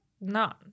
none